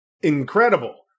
incredible